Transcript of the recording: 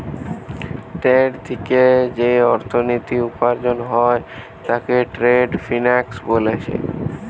trade থিকে যেই অর্থনীতি উপার্জন হয় তাকে ট্রেড ফিন্যান্স বোলছে